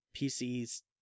PC's